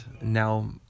now